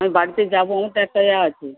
আমি বাড়িতে যাবো আমার ত একটা এ আছে